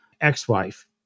ex-wife